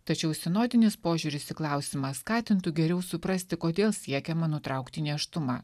tačiau sinodinis požiūris į klausimą skatintų geriau suprasti kodėl siekiama nutraukti nėštumą